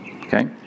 okay